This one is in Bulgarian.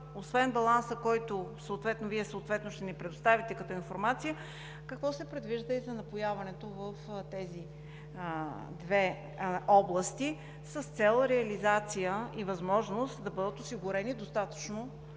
освен баланса, който Вие съответно ще ни предоставите като информация, е: какво се предвижда и за напояването в тези две области с цел реализация и възможност да бъдат осигурени достатъчни